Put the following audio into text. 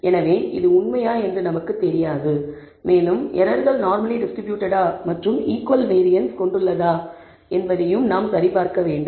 எனவே இது உண்மையா என்று நமக்கு தெரியாது மேலும் எரர்கள் நார்மலி டிஸ்ட்ரிபூட்டட்டா மற்றும் ஈகுவல் வேரியன்ஸ் கொண்டுள்ளதா என்பதை நாம் சரிபார்க்க வேண்டும்